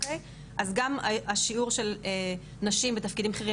אז גם השיעור של נשים בתפקידים בכירים,